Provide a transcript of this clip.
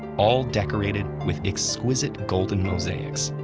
all decorated with exquisite golden mosaics.